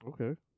Okay